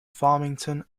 farmington